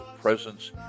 presence